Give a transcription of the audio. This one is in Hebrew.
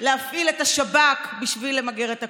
להפעיל את השב"כ בשביל למגר את הקורונה.